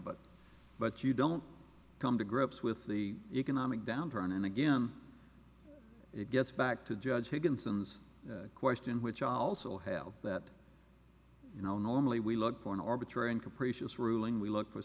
but but you don't come to grips with the economic downturn and again it gets back to the judge who consumes question which i also have that you know normally we look for an arbitrary and capricious ruling we look for